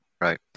Right